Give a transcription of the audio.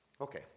Okay